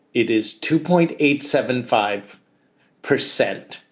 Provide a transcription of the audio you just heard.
it is two point eight seven five percent,